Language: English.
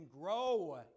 grow